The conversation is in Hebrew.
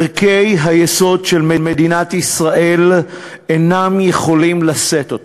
כי "ערכי היסוד של מדינת ישראל אינם יכולים לשאת אותו".